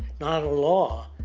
not a law.